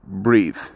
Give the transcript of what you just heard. breathe